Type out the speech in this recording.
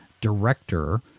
director